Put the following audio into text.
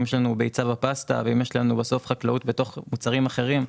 כמו הביצה בפסטה ומוצרי החקלאות בתוך המוצרים אחרים,